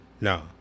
No